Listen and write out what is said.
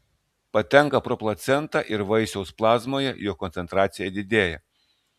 patenka pro placentą ir vaisiaus plazmoje jo koncentracija didėja